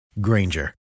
Granger